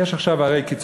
הרי יש עכשיו קיצוצים,